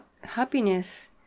happiness